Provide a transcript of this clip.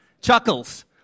chuckles